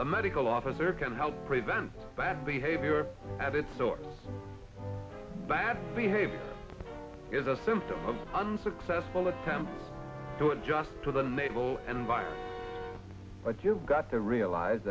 the medical officer can help prevent bad behavior and it's so bad behavior is a symptom of unsuccessful attempts to adjust to the naval and virus but you've got to realize